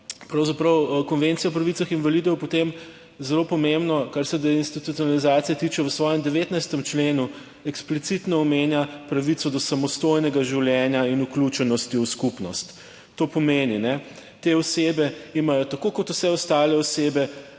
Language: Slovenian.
okvarami. Konvencija o pravicah invalidov potem zelo pomembo, kar se deinstitucionalizacije tiče, v svojem 19. členu eksplicitno omenja pravico do samostojnega življenja in vključenosti v skupnost. To pomeni, te osebe imajo tako kot vse ostale osebe